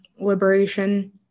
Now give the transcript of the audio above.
liberation